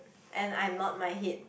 and I nod my head